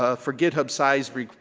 ah for github size req,